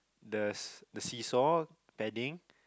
the the seasaw padding